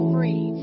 Free